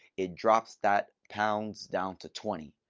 it drops that pounds down to twenty.